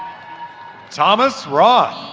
thomas roth.